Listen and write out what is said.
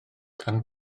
gan